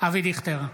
אבי דיכטר,